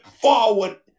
forward